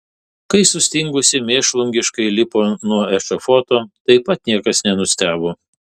kai sustingusi mėšlungiškai lipo nuo ešafoto taip pat niekas nenustebo